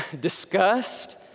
disgust